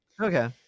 okay